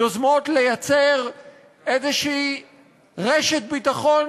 יוזמות לייצר רשת ביטחון